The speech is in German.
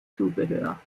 zubehör